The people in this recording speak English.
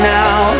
now